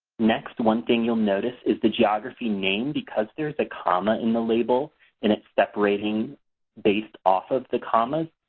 next, one thing you'll notice is the geography name because there is a comma in the label and it's separating based off of the commas,